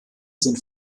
sind